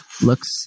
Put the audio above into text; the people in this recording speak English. looks